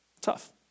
Tough